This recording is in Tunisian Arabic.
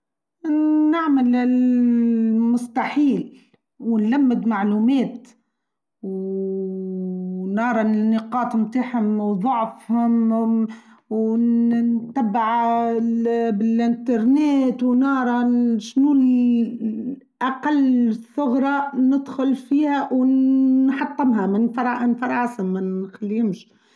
نعمل المستحيل ونلمد معلومات ونرى النقاط متاحها وضعفهم ونتبع بالإنترنت ونرى الشنو أقل ثغرة ندخل فيها ونحطمها من فرعاسهم من خليهمش.